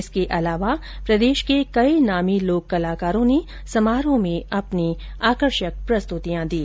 इसके अलावा प्रदेश के कई नामी लोककलाकारों ने समारोह में अपनी प्रस्तृति दी